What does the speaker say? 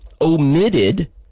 omitted